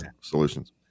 solutions